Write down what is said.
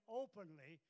openly